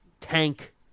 Tank